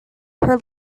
her